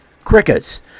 Crickets